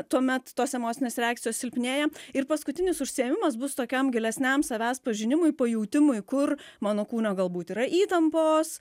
tuomet tos emocinės reakcijos silpnėja ir paskutinis užsiėmimas bus tokiam gilesniam savęs pažinimui pajautimui kur mano kūne galbūt yra įtampos